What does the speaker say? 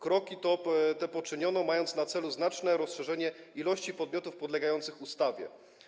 Kroki te poczyniono, mając na celu znaczne rozszerzenie ilości podmiotów podlegających ustawie.